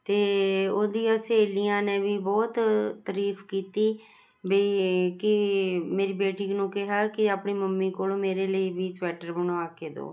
ਅਤੇ ਉਹਦੀਆਂ ਸਹੇਲੀਆਂ ਨੇ ਵੀ ਬਹੁਤ ਤਰੀਫ਼ ਕੀਤੀ ਵਈ ਕਿ ਮੇਰੀ ਬੇਟੀ ਨੂੰ ਕਿਹਾ ਕਿ ਆਪਣੀ ਮੰਮੀ ਕੋਲੋਂ ਮੇਰੇ ਲਈ ਵੀ ਸਵੈਟਰ ਬਣਵਾ ਕੇ ਦਿਉ